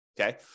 Okay